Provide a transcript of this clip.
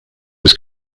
was